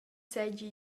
seigi